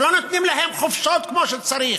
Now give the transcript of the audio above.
כשלא נותנים להם חופשות כמו שצריך,